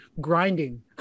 grinding